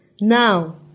Now